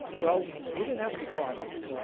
well, we didn't have any products.